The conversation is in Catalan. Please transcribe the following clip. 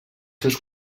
seus